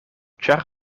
ĉar